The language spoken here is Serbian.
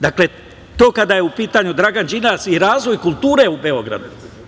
Dakle, to kada je u pitanju Dragan Đilas i razvoj kulture u Beogradu.